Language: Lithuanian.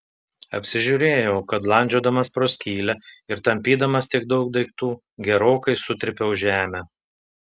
apsižiūrėjau kad landžiodamas pro skylę ir tampydamas tiek daug daiktų gerokai sutrypiau žemę